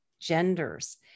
Genders